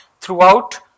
throughout